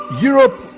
Europe